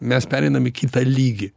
mes pereinam į kitą lygį